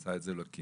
עשה את זה אלוקים".